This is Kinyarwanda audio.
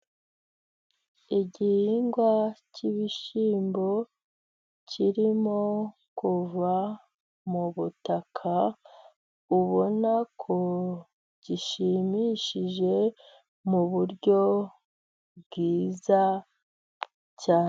Igihingwa cy'ibishyimbo kirimo kuva mu butaka ubona ko gishimishije mu buryo bwiza cyane.